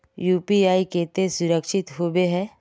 UPI केते सुरक्षित होबे है?